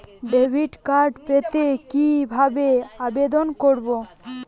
Debit card পেতে কি ভাবে আবেদন করব?